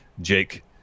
Jake